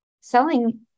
selling